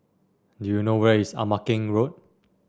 do you know where is Ama Keng Road